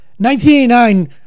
1989